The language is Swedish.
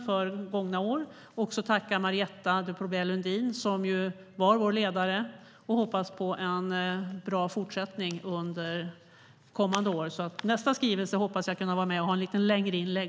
Jag vill också tacka Marietta de Pourbaix-Lundin som har varit vår ledare. Jag hoppas på en bra fortsättning under kommande år. När nästa skrivelse ska behandlas hoppas jag att kunna göra ett lite längre inlägg.